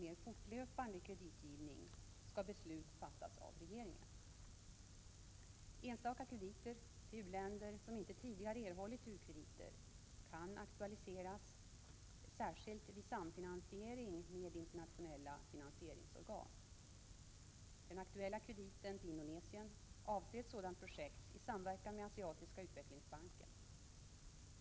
Enstaka krediter till u-länder som inte tidigare erhållit u-krediter kan aktualiseras särskilt vid samfinansiering med internationella finansieringsorgan. Den aktuella krediten till Indonesien avser ett sådant projekt i samverkan med Asiatiska utvecklingsbanken.